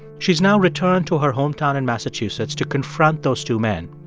she's now returned to her hometown in massachusetts to confront those two men.